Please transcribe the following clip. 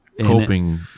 Coping